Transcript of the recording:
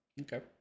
Okay